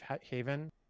haven